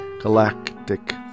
galactic